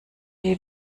die